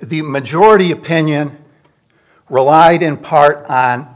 the majority opinion relied in part on